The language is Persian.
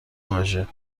واژه